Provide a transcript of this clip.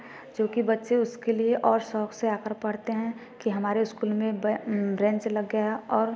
जो कि बच्चे उसके लिए और शौक से आ कर पढ़ते हैं कि हमारे स्कूल में ब्रेंच लग गया और